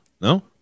No